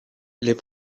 les